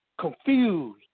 confused